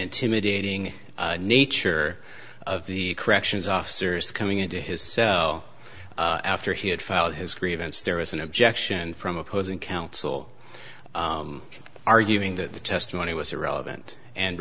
intimidating nature of the corrections officers coming into his cell after he had filed his grievance there was an objection from opposing counsel arguing that the testimony was irrelevant and